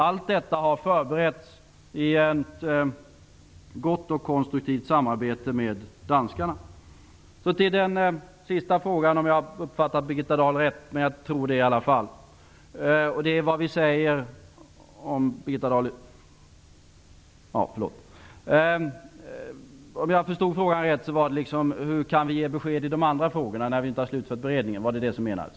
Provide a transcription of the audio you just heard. Allt detta har förberetts i ett gott och konstruktivt samarbete med danskarna. Så till den sista frågan -- om jag nu har uppfattat Birgitta Dahl rätt, vilket jag tror att jag har gjort. Frågan gällde hur vi kan ge besked i de andra frågorna när vi inte har slutfört beredningen -- det var väl detta som menades?